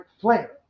Flair